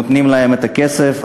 נותנים להם את הכסף.